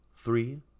Three